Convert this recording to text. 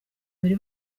abiri